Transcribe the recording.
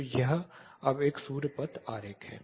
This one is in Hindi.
तो अब यह एक सूर्य पथ आरेख है